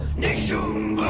nishumbh